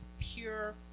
pure